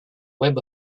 web